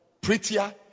prettier